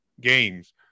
games